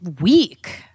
week